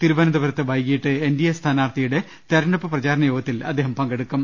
തിരുവനന്തപുരത്ത് വൈകീട്ട് എൻഡിഎ സ്ഥാനാർത്ഥിയുടെ തെരഞ്ഞെടുപ്പ് പ്രചാരണ യോഗത്തിൽ അദ്ദേഹം പങ്കെടുക്കും